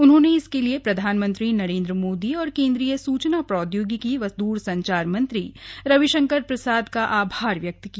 उन्होंने इसके लिए प्रधानमंत्री नरेंद्र मोदी और केंद्रीय सूचना प्रौद्योगिकी व द्रसंचार मंत्री रविशंकर प्रसाद का आभार व्यक्त किया